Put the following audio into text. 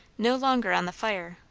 no longer on the fire,